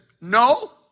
no